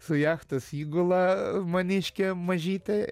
su jachtos įgula maniškė mažytė